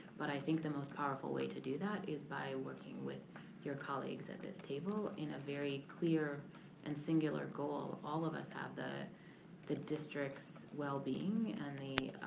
but i think the most powerful way to do that is by working with your colleagues at this table in a very clear and singular goal. all of us have the the district's well-being and the